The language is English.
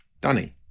Danny